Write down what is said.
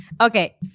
Okay